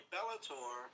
Bellator